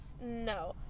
no